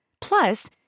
Plus